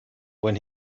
when